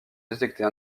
détectées